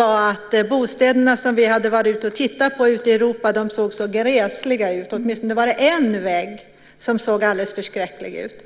att bostäderna som vi hade tittat på ute i Europa såg så gräsliga ut, åtminstone var det en vägg som såg alldeles förskräcklig ut.